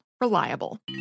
Reliable